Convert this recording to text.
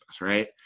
right